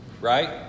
right